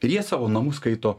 prie savo namų skaito